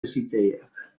hezitzaileak